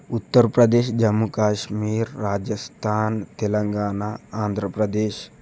Uttar Pradesh Jammu Kashmir Rajasthan Telangana Andhra Pradesh